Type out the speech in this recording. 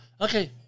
Okay